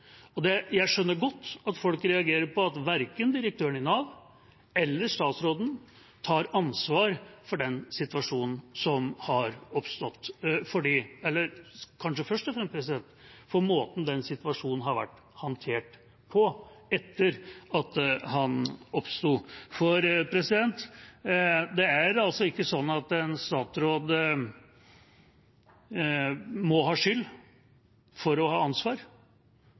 Jeg skjønner godt at folk reagerer på at verken direktøren i Nav eller statsråden tar ansvar for den situasjonen som har oppstått, kanskje først og fremst måten den har vært håndtert på etter at den oppsto. Det er altså ikke sånn at en statsråd må ha skyld for å ha ansvar.